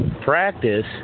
practice